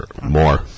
More